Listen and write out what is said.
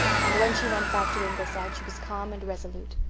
and when she went back to ingleside she was calm and resolute.